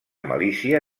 malícia